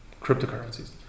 cryptocurrencies